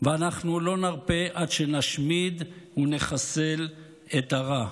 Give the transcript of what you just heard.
ואנחנו לא נרפה עד שנשמיד ונחסל את הרע.